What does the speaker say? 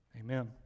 Amen